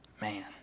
Man